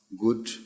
good